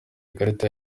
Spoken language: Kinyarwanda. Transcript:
ikarita